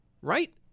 right